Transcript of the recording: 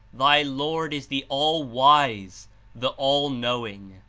thy lord is the all-wise, the all knowing.